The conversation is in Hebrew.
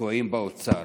תקועים באוצר.